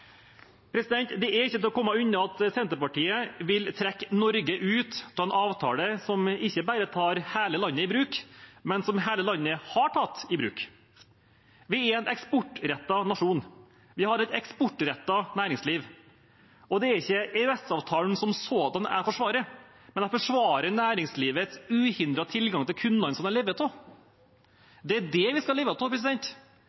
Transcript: Det er ikke til å komme unna at Senterpartiet vil trekke Norge ut av en avtale som ikke bare tar hele landet i bruk, men som hele landet har tatt i bruk. Vi er en eksportrettet nasjon. Vi har et eksportrettet næringsliv. Det er ikke EØS-avtalen som sådan jeg forsvarer, men jeg forsvarer næringslivets uhindrede tilgang til kundene som